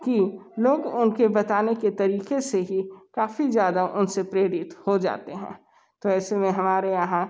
कि लोग उनके बताने के तरीके से ही काफ़ी ज़्यादा उनसे प्रेरित हो जाते हैं तो ऐसे में हमारे यहाँ